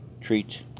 treat